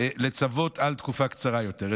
לצוות על תקופה קצרה יותר.